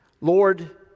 Lord